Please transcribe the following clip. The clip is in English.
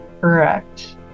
Correct